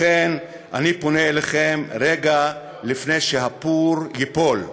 לכן אני פונה אליכם רגע לפני שהפור ייפול: